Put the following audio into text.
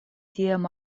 tiam